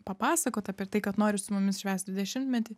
papasakot apie tai kad nori su mumis švęst dvidešimtmetį